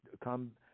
come